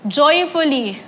joyfully